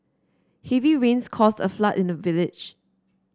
heavy rains caused a flood in the village